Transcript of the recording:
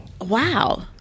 Wow